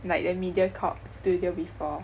like the Mediacorp studio before